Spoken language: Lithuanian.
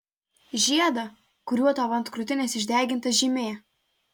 žiedą kuriuo tau ant krūtinės išdeginta žymė